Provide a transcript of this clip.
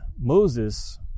Moses